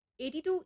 82